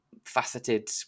faceted